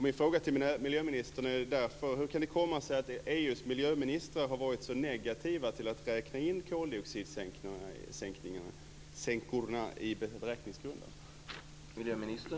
Min fråga till miljöministern är därför: Hur kan det komma sig att EU:s miljöministrar har varit så negativa till att räkna in koldioxidsänkorna i beräkningsgrunden?